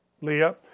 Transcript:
Leah